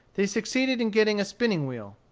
they succeeded in getting a spinning-wheel.